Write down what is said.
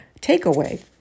Takeaway